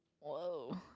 whoa